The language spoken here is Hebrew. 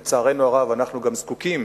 לצערנו הרב, אנחנו גם זקוקים